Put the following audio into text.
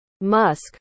musk